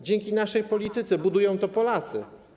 Dzięki naszej polityce budują to Polacy.